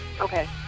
Okay